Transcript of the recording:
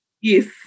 Yes